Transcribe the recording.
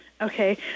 Okay